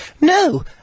no